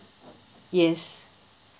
yes